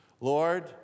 Lord